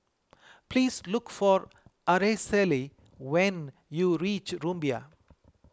please look for Araceli when you reach Rumbia